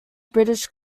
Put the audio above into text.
british